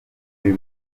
ari